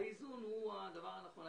האיזון הוא הדבר הנכון.